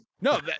no